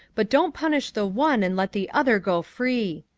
but don't punish the one and let the other go free.